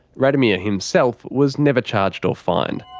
radomir himself was never charged or fined.